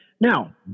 Now